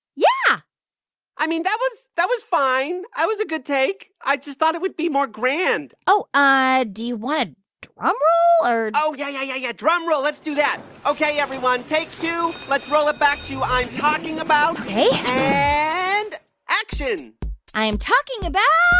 yeah i mean, that was that was fine. that was a good take. i just thought it would be more grand oh, do you want a drumroll or. oh, yeah, yeah, yeah, yeah. drumroll let's do that. ok, everyone, take two. let's roll it back to i'm talking about ok and action i'm talking about